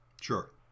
Sure